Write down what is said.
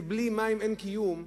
כי בלי מים אין קיום,